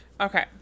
Okay